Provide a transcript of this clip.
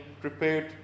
prepared